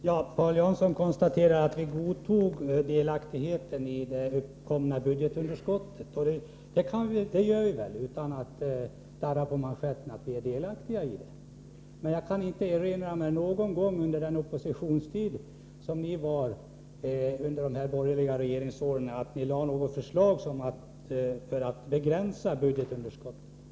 Herr talman! Paul Jansson konstaterar att vi godtog detta om vår delaktighet i det uppkomna budgetunderskottet. Ja, vi kan väl erkänna utan att darra på manschetten att vi är delaktiga i det. Men jag kan inte erinra mig någon enda gång under er oppositionstid under de borgerliga regeringsåren då ni lade fram något förslag för att begränsa budgetunderskottet.